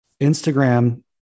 Instagram